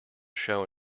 show